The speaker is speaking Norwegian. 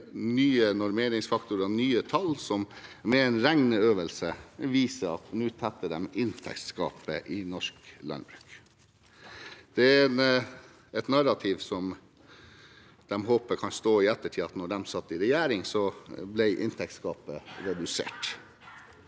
med nye normeringsfaktorer, nye tall, med en regneøvelse som viser at nå tetter de inntektsgapet i norsk landbruk. Det er et narrativ som de håper kan stå seg i ettertid – at da de satt i regjering, ble inntektsgapet redusert.